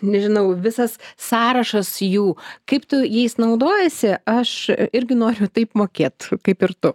nežinau visas sąrašas jų kaip tu jais naudojasi aš irgi noriu taip mokėt kaip ir tu